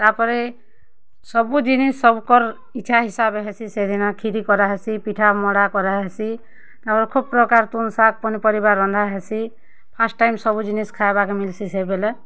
ତା'ପରେ ସବୁଜିନିଷ୍ ସବକର୍ ଇଚ୍ଛା ହିସାବେ ହେସି ସେଦିନେ ଖିରୀ କରାହେସି ପିଠା ମଡ଼ା କରାହେସି ଆମର୍ ଖୋବ୍ ପ୍ରକାର୍ ତୁନ୍ ଶାଗ୍ ପନିପରିବା ରନ୍ଧାହେସି ଫାଷ୍ଟ୍ ଟାଇମ୍ ସବୁଜିନିଷ୍ ଖାଏବାକେ ମିଲସି ସେବେଲେ